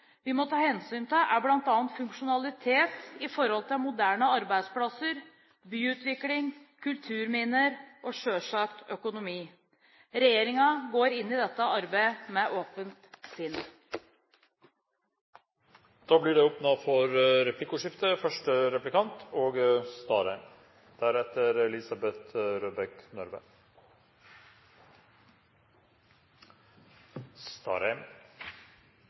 hensyn må gå hånd i hånd. Andre forhold vi må ta hensyn til, er bl.a. funksjonalitet når det gjelder moderne arbeidsplasser, byutvikling, kulturminner og selvsagt økonomi. Regjeringen går inn i dette arbeidet med et åpent sinn. Det blir replikkordskifte.